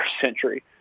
century